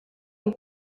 une